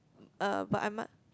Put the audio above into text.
uh but I m~